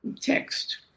text